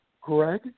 Greg